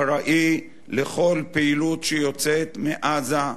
אחראי לכל פעילות שיוצאת מעזה,